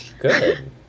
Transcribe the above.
Good